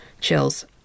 Chills